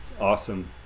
Awesome